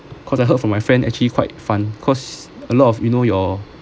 because I heard from my friend actually quite fun because a lot of you know your